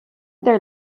their